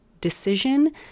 decision